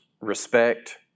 respect